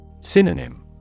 Synonym